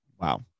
Wow